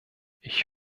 ich